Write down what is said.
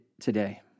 today